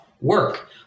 work